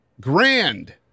grand